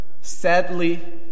sadly